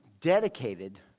dedicated